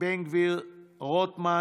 איתמר בן גביר, שלמה רוטמן,